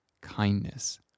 kindness